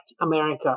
America